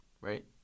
Right